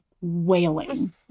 wailing